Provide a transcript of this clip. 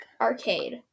Arcade